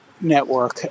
Network